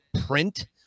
print